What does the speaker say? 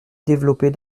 développer